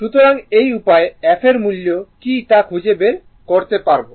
সুতরাং এই উপায়ে f এর মূল্য কী তা খুঁজে বের করতে পারবো